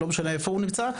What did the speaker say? לא משנה היכן הוא נמצא.